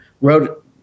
wrote